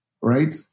right